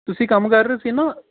ਤੁਸੀਂ ਕੰਮ ਕਰ ਰਹੇ ਸੀ ਨਾ